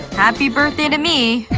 happy birthday to me.